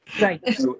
Right